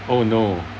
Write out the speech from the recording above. oh no